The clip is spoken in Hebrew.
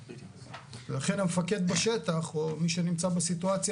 לכן המפקד בשטח או מי שנמצא בסיטואציה